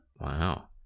Wow